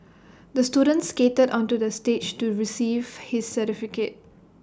the student skated onto the stage to receive his certificate